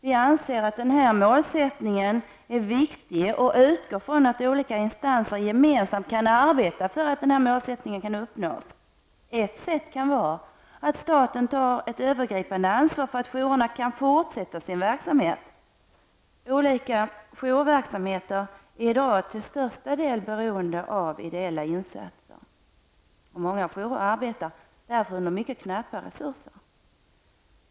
Vi anser att den målsättningen är viktig och utgår från att olika instanser gemensamt kan arbeta för att den upnås. Ett sätt kan vara att staten tar ett övergripande ansvar för att jourerna kan fortsätta sin verksamhet. Olika jourverksamheter är i dag till största delen beroende av ideella insatser. Många jourer arbetar därför under knappa ekonomiska resurser.